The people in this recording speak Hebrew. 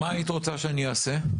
מה היית רוצה שאני אעשה?